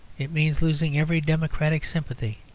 it means losing every democratic sympathy.